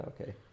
Okay